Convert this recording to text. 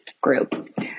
group